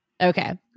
Okay